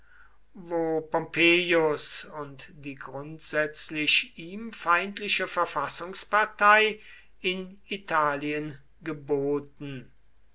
wo pompeius und die grundsätzlich ihm feindliche verfassungspartei in italien geboten